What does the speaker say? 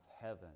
heaven